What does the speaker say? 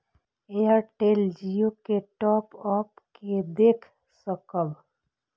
Airtel Jio के top up के देख सकब?